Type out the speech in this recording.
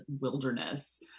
wilderness